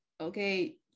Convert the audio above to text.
okay